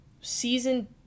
season